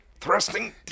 thrusting